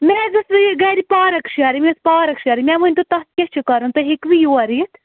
مےٚ حظ ٲس یہِ گَرِ پارَک شَیرٕنۍ مےٚ ٲس پارَک شَیرٕنۍ مےٚ ؤنۍ تو تَتھ کیٛاہ چھُ کَرُن تُہۍ ہیٚکوٕ یور یِتھ